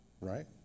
right